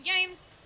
games